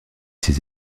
ses